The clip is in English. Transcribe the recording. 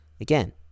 Again